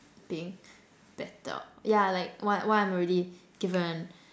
being better ya like what what I'm already given